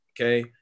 Okay